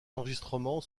enregistrements